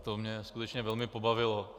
To mě skutečně velmi pobavilo.